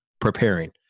preparing